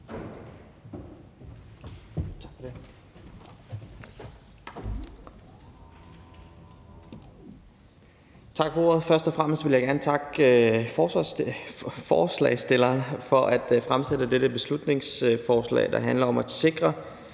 Tak for ordet.